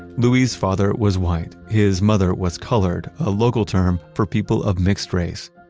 louis's father was white. his mother was colored, a local term for people of mixed race.